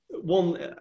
One